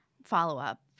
follow-up